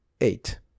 Eight